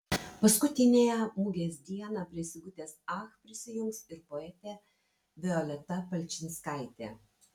paskutiniąją mugės dieną prie sigutės ach prisijungs ir poetė violeta palčinskaitė